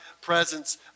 presence